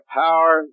power